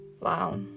Wow